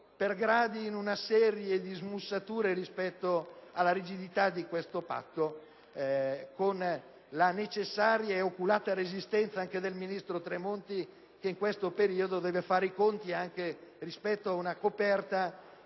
per gradi in una serie di smussature rispetto alla rigidità di tale Patto, con la necessaria e oculata resistenza anche del ministro Tremonti, il quale in questo periodo deve fare i conti con una coperta